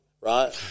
right